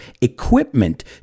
equipment